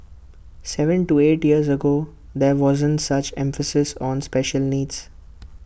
Seven to eight years ago there wasn't such emphasis on special needs